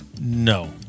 No